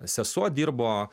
sesuo dirbo